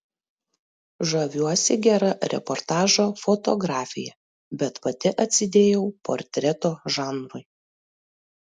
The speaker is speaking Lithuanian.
žaviuosi gera reportažo fotografija bet pati atsidėjau portreto žanrui